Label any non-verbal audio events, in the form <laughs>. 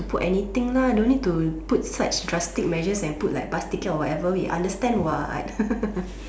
put anything lah don't need to put such drastic measures and put like bus ticket or whatever we understand [what] <laughs>